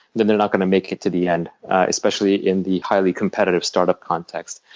then they're not going to make it to the end, especially in the highly competitive startup context.